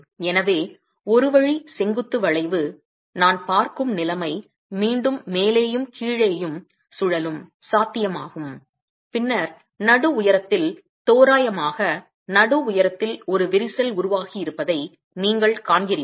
எனவே ஒரு வழி செங்குத்து வளைவு நான் பார்க்கும் நிலைமை மீண்டும் மேலேயும் கீழேயும் சுழலும் சாத்தியமாகும் பின்னர் நடு உயரத்தில் தோராயமாக நடு உயரத்தில் ஒரு விரிசல் உருவாகியிருப்பதை நீங்கள் காண்கிறீர்கள்